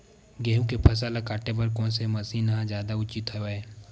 गेहूं के फसल ल काटे बर कोन से मशीन ह जादा उचित हवय?